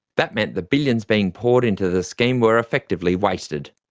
that meant the billions being poured into the scheme were effectively wasted.